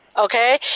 Okay